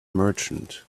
merchant